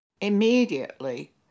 Immediately